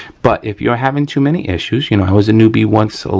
but if you're having too many issues, you know i was a newbie once, so